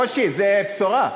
ברושי, זו בשורה.